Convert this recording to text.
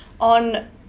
on